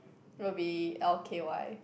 will be l_k_y